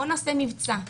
בוא נעשה מבצע.